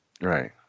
Right